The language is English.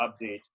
update